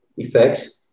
Effects